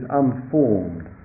unformed